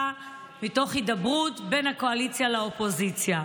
מתוך הידברות בין הקואליציה לאופוזיציה.